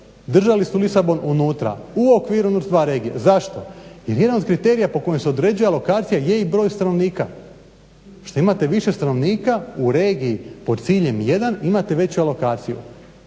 držali su Lisabon unutra, u okviru NUTS-2 regije, zašto, jer vrijednost kriterija po kojima se određuje alokacija je i broj stanovnika. Što imate više stanovnika u regiji pod ciljem 1 imate veću alokaciju